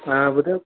हा ॿुधायो